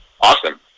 awesome